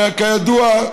וכידוע,